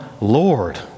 Lord